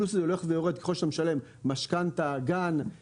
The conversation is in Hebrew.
הפלוס הזה הולך ויורד ככל שאתה משלם משכנתא, גן,